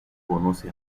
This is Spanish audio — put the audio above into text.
conoce